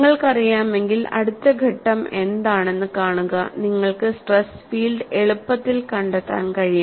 നിങ്ങൾക്കറിയാമെങ്കിൽ അടുത്ത ഘട്ടം എന്താണെന്ന് കാണുക നിങ്ങൾക്ക് സ്ട്രെസ് ഫീൽഡ് എളുപ്പത്തിൽ കണ്ടെത്താൻ കഴിയും